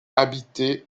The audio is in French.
habité